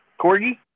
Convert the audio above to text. corgi